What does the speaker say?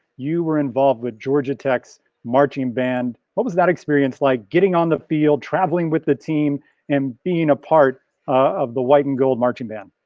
you were involved with georgia tech's marching band. what was that experience, like getting on the field, traveling with the team and being a part of the white and gold marching man?